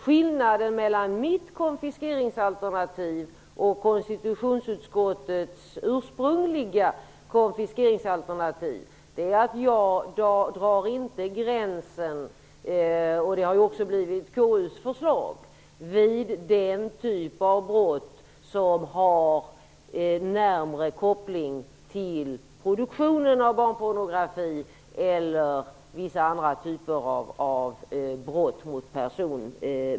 Skillanden mellan mitt konfiskeringsalternativ och konstitutionsutskottets ursprungliga konfiskeringsalternativ är att jag inte drar gränsen -- det har också blivit KU:s förslag -- vid den typ av brott som har närmare koppling till produktion av barnpornografi eller vissa andra typer av brott mot person.